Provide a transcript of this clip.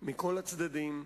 מכל הצדדים,